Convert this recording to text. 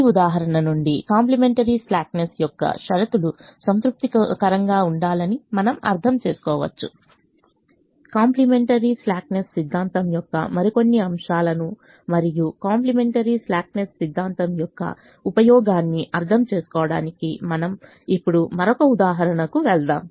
ఈ ఉదాహరణ నుండి కాంప్లిమెంటరీ స్లాక్ నెస్ యొక్క షరతులు సంతృప్తికరంగా ఉండాలని మనం అర్థం చేసుకోవచ్చు కాంప్లిమెంటరీ స్లాక్నెస్ సిద్ధాంతం యొక్క మరికొన్ని అంశాలను మరియు కాంప్లిమెంటరీ స్లాక్నెస్ సిద్ధాంతం యొక్క ఉపయోగాన్ని అర్థం చేసుకోవడానికి మనం ఇప్పుడు మరొక ఉదాహరణకి వెళ్దాం